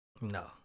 No